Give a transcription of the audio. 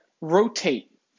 Rotate